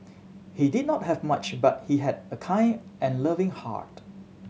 he did not have much but he had a kind and loving heart